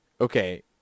okay